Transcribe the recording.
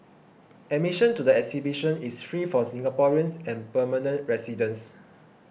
admission to the exhibition is free for Singaporeans and permanent residents